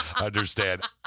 understand